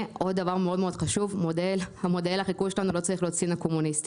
ועוד דבר חשוב מאוד מודל החיקוי שלנו לא צריך להיות סין הקומוניסטית,